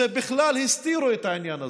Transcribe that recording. בכלל הסתירו את העניין הזה.